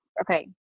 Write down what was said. Okay